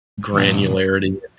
Granularity